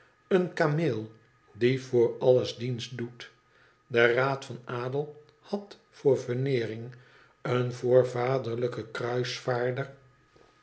een kameel die voor alles dienst doet de raad van adel had voor veneering een voorvaderlijken